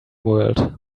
world